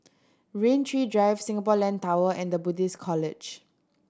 Rain Tree Drive Singapore Land Tower and The Buddhist College